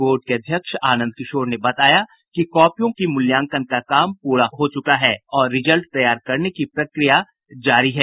board के अध्यक्ष आनंद किशोर ने बताया कि कॉपियों की मूल्यांकन का काम पूरा हो चुका है और रिजल्ट तैयार करने की प्रक्रिया जारी है